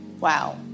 Wow